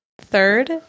Third